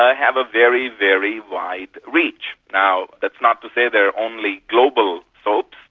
ah have a very, very wide reach. now that's not to say they're only global soaps.